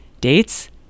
Dates